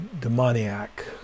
Demoniac